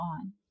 on